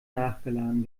nachgeladen